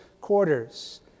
quarters